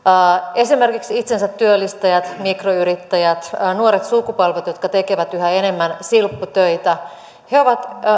esimerkiksi itsensätyöllistäjät mik royrittäjät nuoret sukupolvet jotka tekevät yhä enemmän silpputöitä ovat